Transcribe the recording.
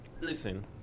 Listen